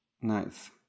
Nice